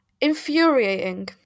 infuriating